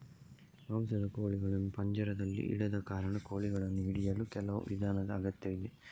ಮಾಂಸದ ಕೋಳಿಗಳನ್ನು ಪಂಜರದಲ್ಲಿ ಇಡದ ಕಾರಣ, ಕೋಳಿಗಳನ್ನು ಹಿಡಿಯಲು ಕೆಲವು ವಿಧಾನದ ಅಗತ್ಯವಿದೆ